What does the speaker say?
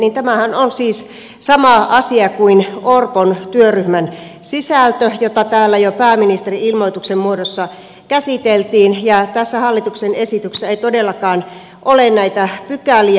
tämähän on siis sama asia kuin orpon työryhmän sisältö jota täällä jo pääministerin ilmoituksen muodossa käsiteltiin ja tässä hallituksen esityksessä ei todellakaan ole näitä pykäliä